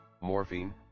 morphine